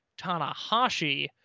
Tanahashi